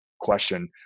question